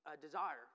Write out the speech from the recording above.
desire